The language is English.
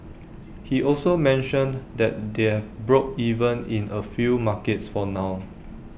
he also mentioned that they've broke even in A few markets for now